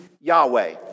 Yahweh